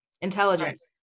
intelligence